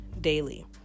daily